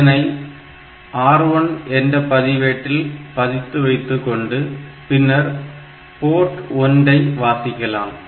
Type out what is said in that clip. இதனை R1 என்ற பதிவேட்டில் பதித்து வைத்துக்கொண்டு பின்னர் போர்ட் P1 ஐ வாசிக்கலாம்